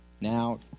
now